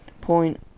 point